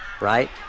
right